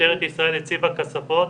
משטרת ישראל הציבה כספות